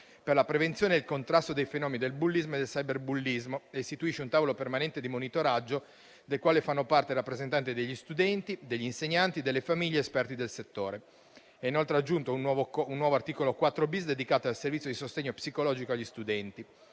per la prevenzione e il contrasto dei fenomeni del bullismo e del cyberbullismo e istituisce un tavolo permanente di monitoraggio, del quale fanno parte i rappresentanti degli studenti, degli insegnanti, delle famiglie ed esperti del settore. È inoltre aggiunto un nuovo articolo 4-*bis* dedicato al servizio di sostegno psicologico agli studenti.